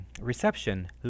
reception